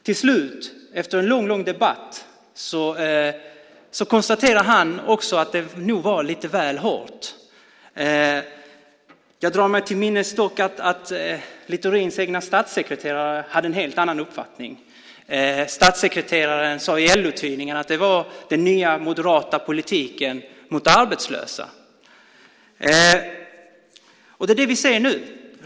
Till slut efter en mycket lång debatt konstaterade också han att det nog var lite väl hårt. Jag drar mig dock till minnes att Littorins egen statssekreterare hade en helt annan uppfattning. Statssekreteraren sade i LO-tidningen att det var den nya moderata politiken mot arbetslösa. Det är vad vi ser nu.